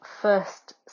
first